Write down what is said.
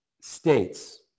states